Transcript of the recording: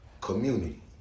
community